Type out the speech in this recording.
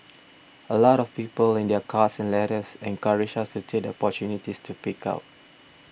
a lot of people in their cards and letters encouraged us to take the opportunities to speak out